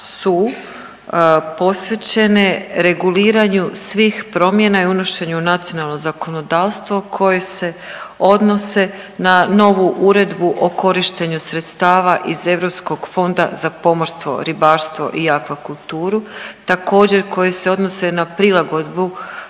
su posvećene reguliranju svih promjena i unošenje u nacionalno zakonodavstvo koji se odnose na novu uredbu o korištenju sredstava iz Europskog fonda za pomorstvo, ribarstvo i akvakulturu. Također, koji se odnose na prilagodbu